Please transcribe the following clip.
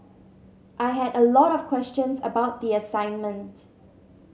I had a lot of questions about the assignment